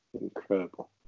incredible